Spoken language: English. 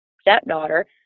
stepdaughter